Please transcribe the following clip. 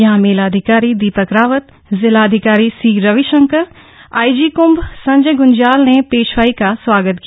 यहां मेलाधिकारी दीपक रावत जिलाधिकारी सी रविशंकर आईजी कृंभ संजय गूंज्याल ने पेशवाई का स्वागत किया